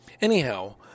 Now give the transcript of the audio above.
Anyhow